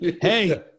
hey